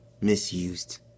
misused